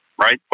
right